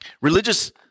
religious